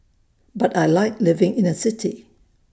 but I Like living in A city